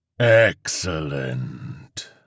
Excellent